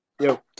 Yo